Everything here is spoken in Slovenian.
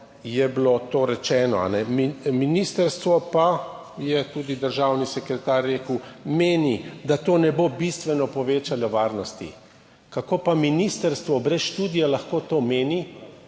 je bilo to rečeno, ministrstvo pa meni, kar je tudi državni sekretar rekel, da to ne bo bistveno povečalo varnosti. Kako pa ministrstvo brez študija lahko to meni,